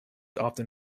often